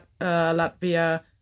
Latvia